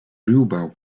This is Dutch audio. ruwbouw